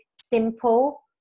simple